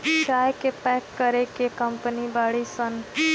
चाय के पैक करे के कंपनी बाड़ी सन